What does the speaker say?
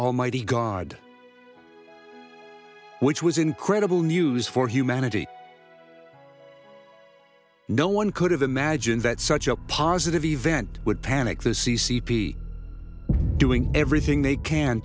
almighty god which was incredible news for humanity no one could have imagined that such a positive event would panic the c c p doing everything they can